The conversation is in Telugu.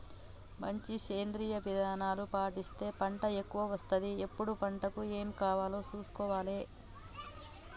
మంచి సేంద్రియ విధానాలు పాటిస్తే పంట ఎక్కవ వస్తది ఎప్పుడు పంటకు ఏమి కావాలో చూసుకోవాలే